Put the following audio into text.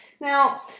Now